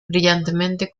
brillantemente